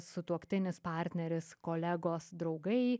sutuoktinis partneris kolegos draugai